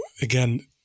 again